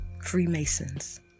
Freemasons